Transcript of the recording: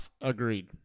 agreed